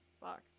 Fuck